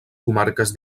comarques